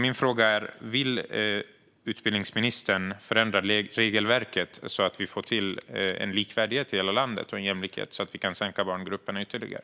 Min fråga är: Vill utbildningsministern förändra regelverket så att vi får till en likvärdighet och en jämlikhet i hela landet och kan minska barngrupperna ytterligare?